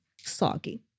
soggy